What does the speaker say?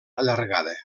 allargada